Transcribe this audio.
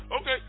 Okay